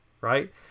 right